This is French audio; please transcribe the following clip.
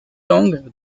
langues